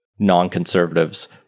non-conservatives